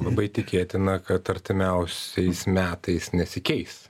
labai tikėtina kad artimiausiais metais nesikeis